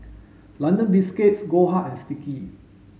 London Biscuits Goldheart and Sticky